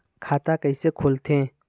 खाता कइसे खोलथें?